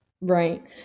right